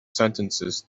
sentences